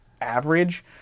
average